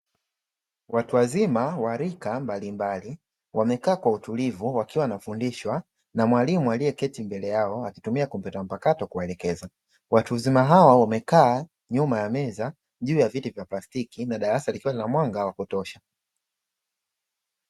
Watu wazima wa rika mbalimbali wamekaa kwa utulivu wakiwa , na mwalimu aliyeketi mbele yao akitumia kompyuta mpakato kuwaelekeza; watu wazima hao wamekaa nyuma ya meza juu ya viti vya plastiki na darasa likiwa Lina mwanga wakutosha.